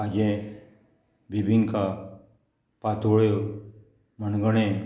काजें बिबिंका पातोळ्यो मणगणें